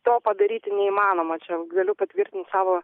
to padaryti neįmanoma čia galiu patvirtint savo